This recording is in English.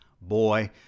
Boy